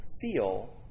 feel